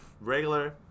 regular